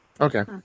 Okay